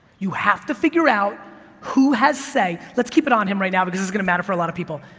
you have to figure out who has say, let's keep it on him right now because this is gonna matter for a lot of people.